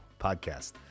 podcast